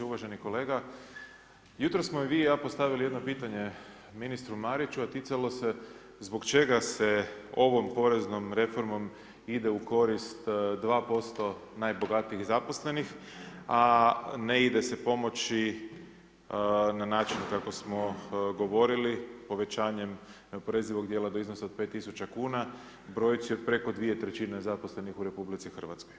Uvaženi kolega, jutros smo i vi i ja postavili jedno pitanje ministru Mariću, a ticalo se zbog čega se ovom poreznom reformom ide u korist 2% najbogatijih zaposlenih, a ne ide se pomoći na način kako smo govorili povećanjem neoporezivog djela do iznosa od 5.000,00 kn, brojci od preko 2/3 zaposlenih u RH.